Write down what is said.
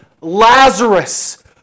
Lazarus